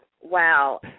Wow